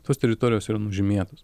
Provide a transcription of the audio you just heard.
tos teritorijos ir nužymėtos